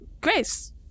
Grace